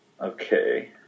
Okay